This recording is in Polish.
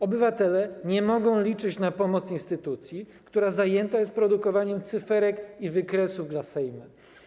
Obywatele nie mogą liczyć na pomoc instytucji, która zajęta jest produkowaniem cyferek i wykresów dla Sejmu.